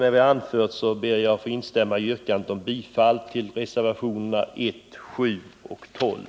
Med det anförda instämmer jag i yrkandet om bifall till reservationerna 1, 7 och 12.